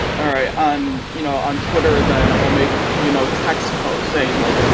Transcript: all right on you know on twitter then i'll make you know text posts saying like,